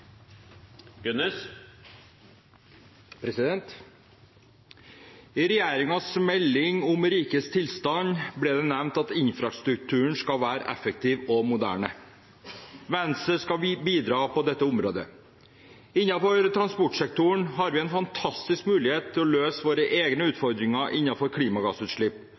I regjeringens melding om rikets tilstand ble det nevnt at infrastrukturen skal være effektiv og moderne. Venstre skal bidra på dette området. Innenfor transportsektoren har vi en fantastisk mulighet til å løse våre egne utfordringer innen klimagassutslipp,